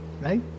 Right